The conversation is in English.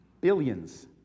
Billions